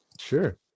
Sure